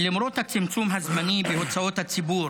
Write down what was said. למרות הצמצום הזמני בהוצאות הציבור